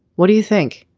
what do you think.